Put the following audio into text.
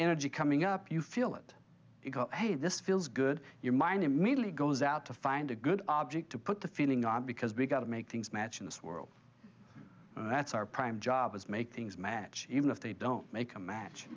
energy coming up you feel it because hey this feels good your mind immediately goes out to find a good object to put the feeling on because we've got to make things match in this world that's our prime job is make things match even if they don't make a match